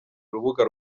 urubuga